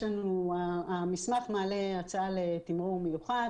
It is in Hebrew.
המסמך מעלה הצעה לתמרור מיוחד,